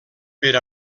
per